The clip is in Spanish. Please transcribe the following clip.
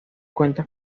cuentan